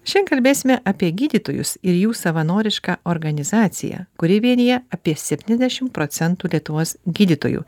šiandien kalbėsime apie gydytojus ir jų savanorišką organizaciją kuri vienija apie septyniasdešim procentų lietuvos gydytojų